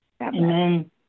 Amen